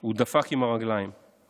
הוא דפק עם הרגליים,/